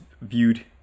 viewed